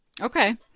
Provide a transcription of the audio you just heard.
Okay